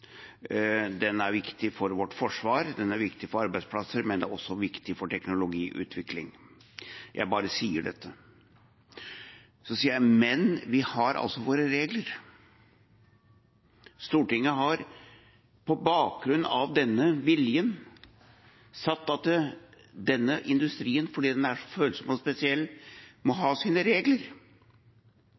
Den er viktig for vårt forsvar, den er viktig for arbeidsplasser, og den er også viktig for teknologiutvikling. Jeg bare sier dette. Så sier jeg: Men vi har altså våre regler. Stortinget har på bakgrunn av denne viljen sagt at denne industrien, fordi den er så følsom og spesiell, må ha sine regler.